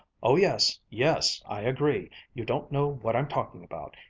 oh, yes, yes, i agree! you don't know what i'm talking about!